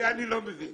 זה אני לא מבין.